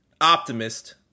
optimist